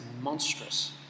monstrous